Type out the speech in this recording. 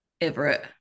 everett